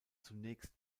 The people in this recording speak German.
zunächst